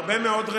הרבה מאוד תקוות,